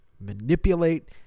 manipulate